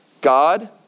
God